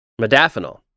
modafinil